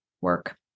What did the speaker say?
Work